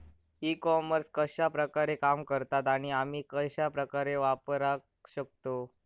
E commerce कश्या प्रकारे काम करता आणि आमी कश्या प्रकारे वापराक शकतू?